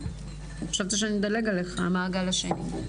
חשבת שאני אדלג עליך המעגל השני.